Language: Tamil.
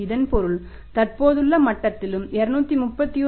இதன் பொருள் தற்போதுள்ள மட்டத்திலும் 231